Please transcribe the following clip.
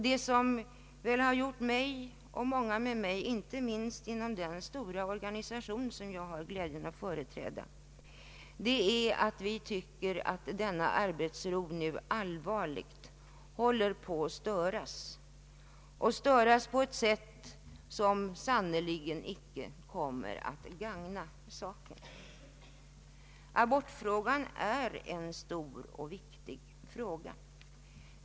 Det som väl gjort mig och många med mig, inte minst inom den stora organisation som jag har glädjen att företräda, betänksamma är att vi tycker att denna arbetsro håller på att allvarligt störas, och störas på ett sätt som sannerligen inte kommer att gagna saken. Abortfrågan är en stor och viktig fråga.